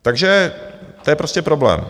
Takže to je prostě problém.